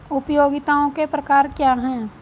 उपयोगिताओं के प्रकार क्या हैं?